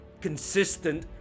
consistent